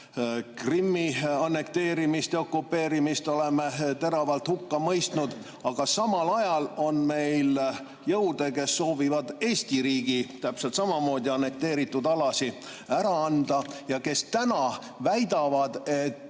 Krimmi annekteerimise ja okupeerimise oleme teravalt hukka mõistnud, aga samal ajal on meil jõude, kes soovivad Eesti riigi täpselt samamoodi annekteeritud alasid ära anda ja kes täna väidavad, et